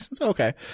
Okay